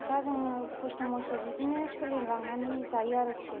दा जोङो खस्थ' मस्थ' बिदिनो सोलिलांनानै जायो आरोखि